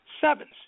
sevens